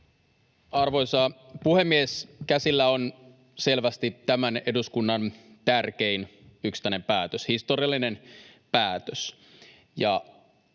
Arvoisa puhemies! Käsillä on tämän eduskunnan selvästi tärkein yksittäinen päätös, historiallinen päätös.